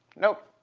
nope.